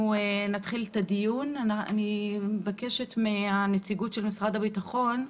אני מבקשת מנציגת משרד הביטחון,